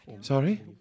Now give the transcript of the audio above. Sorry